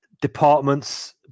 Departments